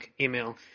email